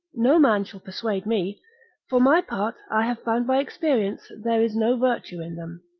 no man shall persuade me for my part, i have found by experience there is no virtue in them.